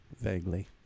Vaguely